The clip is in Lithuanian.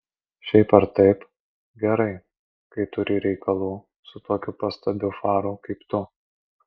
šiaip ar taip gerai kai turi reikalų su tokiu pastabiu faru kaip tu